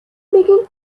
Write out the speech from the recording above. making